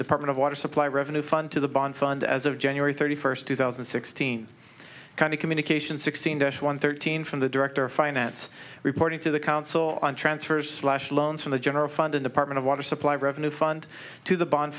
department of water supply revenue fund to the bond fund as of january thirty first two thousand and sixteen kind of communication sixteen dash one thirteen from the director of finance reporting to the council on transfers loans from the general fund a department of water supply revenue fund to the bond